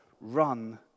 Run